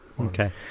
Okay